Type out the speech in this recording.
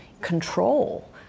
control